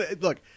Look